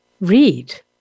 read